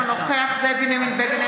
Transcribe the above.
אינו נוכח זאב בנימין בגין,